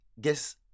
guess